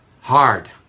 hard